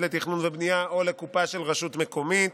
לתכנון ובנייה או לקופה של רשות מקומית.